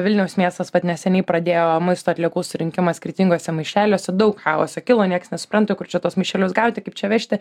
vilniaus miestas vat neseniai pradėjo maisto atliekų surinkimą skirtinguose maišeliuose daug chaoso kilo nieks nesupranta kur čia tuos mišinius gauti kaip čia vežti